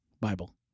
Bible